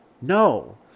No